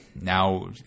now